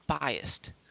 biased